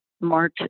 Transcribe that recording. March